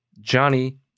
Johnny